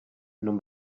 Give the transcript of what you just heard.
non